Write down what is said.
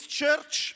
church